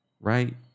Right